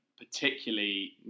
particularly